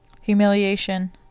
humiliation